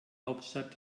hauptstadt